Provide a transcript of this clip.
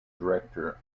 director